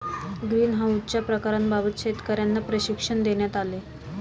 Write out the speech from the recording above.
ग्रीनहाउसच्या प्रकारांबाबत शेतकर्यांना प्रशिक्षण देण्यात आले